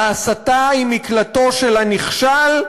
ההסתה היא מקלטו של הנכשל.